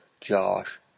Josh